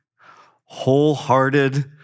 wholehearted